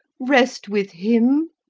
rest with him?